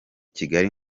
kigali